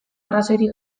arrazoirik